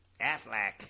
Affleck